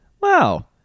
Wow